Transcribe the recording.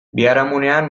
biharamunean